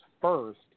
first